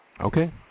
Okay